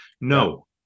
No